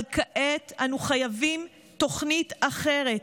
אבל כעת אנו חייבים תוכנית אחרת,